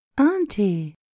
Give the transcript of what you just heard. Auntie